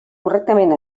correctament